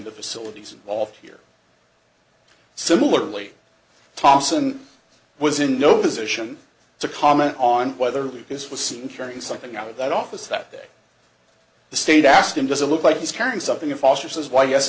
the facilities involved here similarly thompson was in no position to comment on whether this was seen carrying something out of that office that day the state asked him does it look like he's carrying something in foster says why yes